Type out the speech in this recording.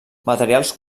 materials